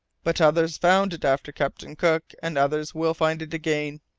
but others found it after captain cook, and others will find it again.